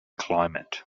climate